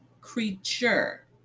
creature